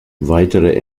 weitere